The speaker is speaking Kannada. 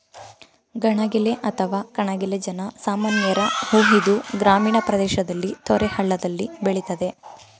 ಗಣಗಿಲೆ ಅಥವಾ ಕಣಗಿಲೆ ಜನ ಸಾಮಾನ್ಯರ ಹೂ ಇದು ಗ್ರಾಮೀಣ ಪ್ರದೇಶದಲ್ಲಿ ತೊರೆ ಹಳ್ಳದಲ್ಲಿ ಬೆಳಿತದೆ